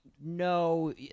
No